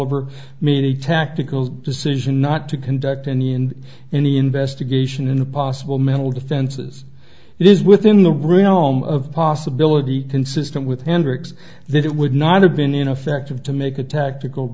iver made a tactical decision not to conduct any and any investigation into possible mental defenses is within the realm of possibility consistent with hendrix that it would not have been in effect of to make a tactical